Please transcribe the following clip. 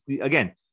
again